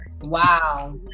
Wow